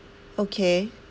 okay